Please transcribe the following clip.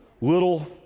Little